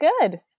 good